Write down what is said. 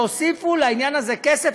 שהוסיפו לעניין הזה כסף,